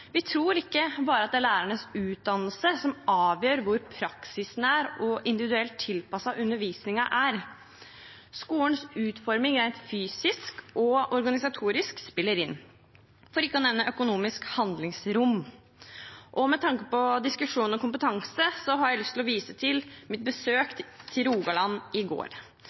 Vi tror ikke bare at det er lærernes utdannelse som avgjør hvor praksisnær og individuelt tilpasset undervisningen er. Skolens utforming rent fysisk og organisatorisk spiller inn, for ikke å nevne økonomisk handlingsrom. Med tanke på diskusjonen om kompetanse har jeg lyst til å vise til mitt besøk til Rogaland i går.